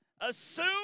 assume